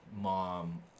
mom